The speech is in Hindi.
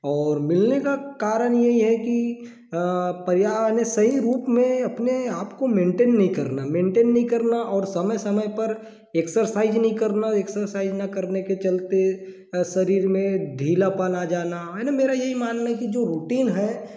और मिलने का कारण यही है कि परिवार वाले सही रूप में अपने आपको मेंटेन नहीं करना मेंटेन नहीं करना और समय समय पर एक्सरसाइज़ नहीं करना एक्सरसाइज़ ना करने के चलते शरीर में ढीलापन आ जाना है ना मेरा यही मानना है कि जो रूटीन है